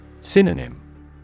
Synonym